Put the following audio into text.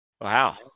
Wow